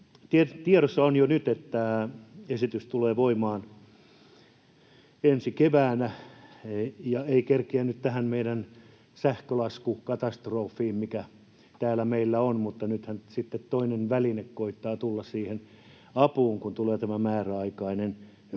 Tiedossa on jo nyt, että esitys tulee voimaan ensi keväänä ja ei kerkeä nyt tähän meidän sähkölaskukatastrofiin, mikä täällä meillä on, mutta nythän sitten toinen väline koettaa tulla siihen apuun, kun tulee tämä määräaikainen